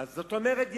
זאת אומרת,